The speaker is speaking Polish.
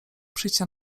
przyjścia